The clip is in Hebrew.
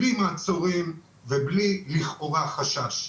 בלי מעצורים, ובלי לכאורה חשש.